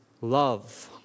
love